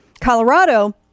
Colorado